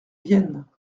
vienne